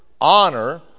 honor